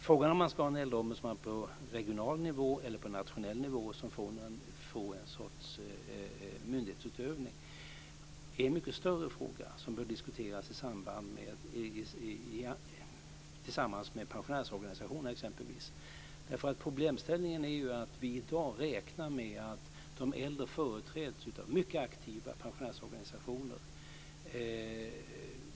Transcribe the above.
Frågan om man ska ha en äldreombudsman på regional eller på nationell nivå med en sorts myndighetsutövning är en mycket större fråga som bör diskuteras tillsammans med exempelvis pensionärsorganisationerna. Problemställningen är ju att vi i dag räknar med att de äldre företräds av mycket aktiva pensionärsorganisationer.